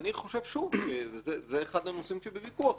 אני חושב שזה אחד הנושאים שבוויכוח,